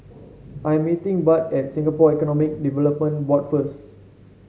I'm meeting Bud at Singapore Economic Development Board first